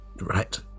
Right